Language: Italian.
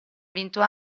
vinto